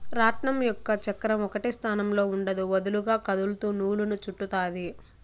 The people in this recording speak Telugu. రాట్నం యొక్క చక్రం ఒకటే స్థానంలో ఉండదు, వదులుగా కదులుతూ నూలును చుట్టుతాది